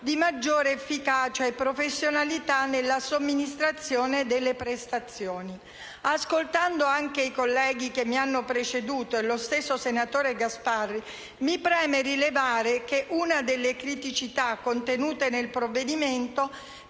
di maggior efficacia e professionalità nella somministrazione delle prestazioni. Ascoltando i colleghi che mi hanno preceduto e lo stesso senatore Gasparri, mi preme rilevare che una delle criticità contenute nel provvedimento